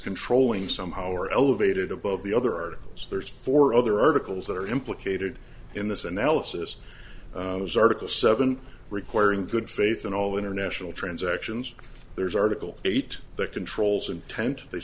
controlling somehow or elevated above the other articles there's four other articles that are implicated in this analysis as article seven requiring good faith and all international transactions there's article eight that controls intent they